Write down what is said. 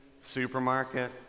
supermarket